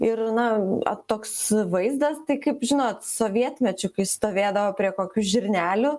ir na toks vaizdas tai kaip žinot sovietmečiu kai stovėdavo prie kokių žirnelių